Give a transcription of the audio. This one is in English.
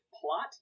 plot